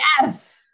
Yes